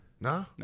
No